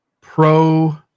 pro